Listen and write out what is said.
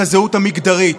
את הזהות המגדרית.